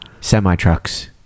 Semi-trucks